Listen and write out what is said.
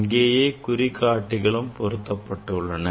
அங்கேயே குறிகாட்டிகளும் பொருத்தப்பட்டுள்ளன